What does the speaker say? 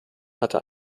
hatte